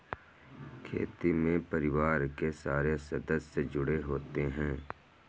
खेती में परिवार के सारे सदस्य जुड़े होते है